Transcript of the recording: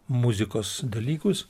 muzikos dalykus